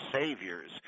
saviors